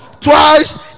twice